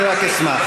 אני רק אשמח.